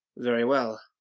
very well